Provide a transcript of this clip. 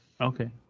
okay